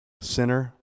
Sinner